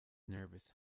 nervous